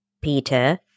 Peter